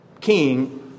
king